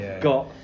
got